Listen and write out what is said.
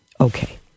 Okay